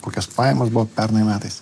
kokios pajamos buvo pernai metais